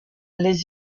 les